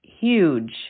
huge